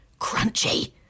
crunchy